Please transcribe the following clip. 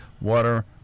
water